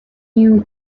you